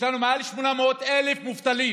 יש לנו מעל 800,000 מובטלים,